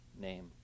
name